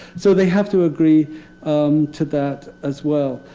so they have to agree um to that, as well.